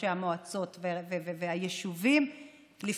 ראשי המועצות והיישובים לפנות אלינו,